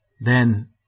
Then